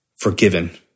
forgiven